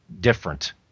different